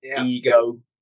ego